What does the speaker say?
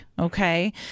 Okay